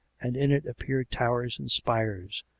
and in it appeared towers and spires,